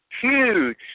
huge